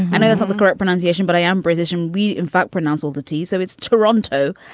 and i was on the correct pronunciation but i am british and we in fact pronounce all the t's so it's toronto.